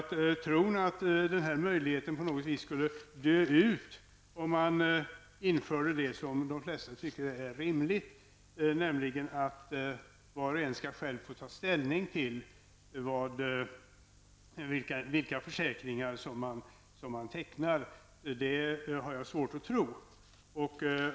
Tron att denna möjligheten på något vis skulle dö ut om vi införde det som de flesta tycker är rimligt, nämligen att var och en själv skall få ta ställning till vilka försäkringar man tecknar, har jag svårt att förstå.